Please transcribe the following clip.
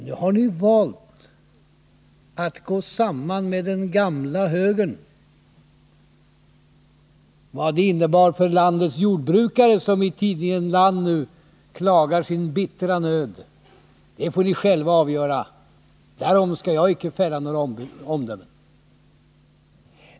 Nu har ni valt att gå samman med den gamla högern. Vad det innebar för landets jordbrukare, som i tidningen Land nu klagar sin bittra nöd, får ni själva avgöra — därom skall jag icke fälla några omdömen.